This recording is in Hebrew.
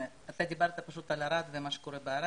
דיברת על ערד ומה שקורה שם.